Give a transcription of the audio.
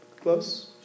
Close